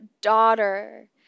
Daughter